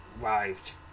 arrived